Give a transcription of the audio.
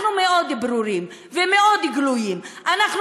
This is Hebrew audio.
אנחנו ברורים מאוד וגלויים מאוד,